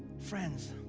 friends,